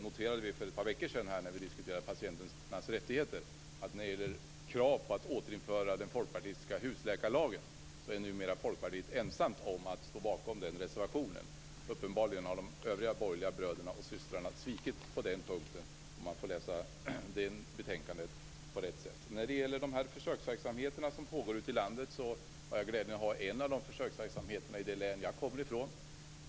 När vi för ett par veckor sedan diskuterade patientens rättigheter noterade jag att kraven på att återinföra den folkpartistiska husläkarlagen är Folkpartiet numera ensamt om att stå bakom den reservationen. Uppenbarligen har de övriga borgerliga bröderna och systrarna svikit på den punkten. Jag har glädjen att bo i närheten av en av de försöksverksamheter som pågår i landet i det län som jag kommer ifrån.